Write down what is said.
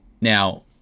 Now